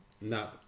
No